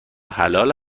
حلال